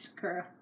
girl